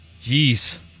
Jeez